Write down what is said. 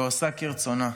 ועושה כרצונה.